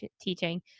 teaching